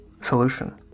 solution